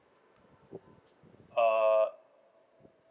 uh